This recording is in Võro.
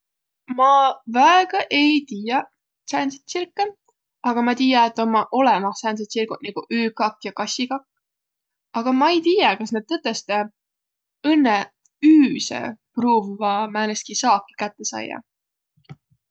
Ma väega ei tiiäq sääntsit tsirkõ, aga ma tiiä, et ommaq olõmah sääntseq tsirguq, nigu üükakk ja kassikakk, aga ma ei tiiäq, kas nä tõtõstõ õnnõ üüse pruuvvaq määnestki saaki kätte saiaq.